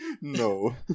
No